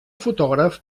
fotògraf